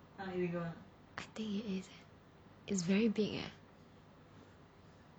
I think it is eh it's very big eh